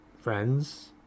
friends